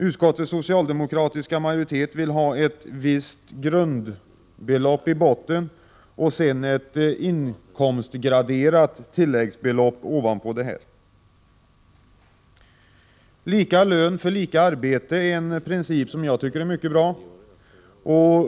Utskottets socialdemokratiska majoritet vill ha ett visst grundbelopp i botten och sedan ett inkomstgraderat tilläggsbelopp ovanpå detta. Lika lön för lika arbete är en princip som jag tycker är mycket bra.